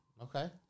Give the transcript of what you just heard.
Okay